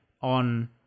on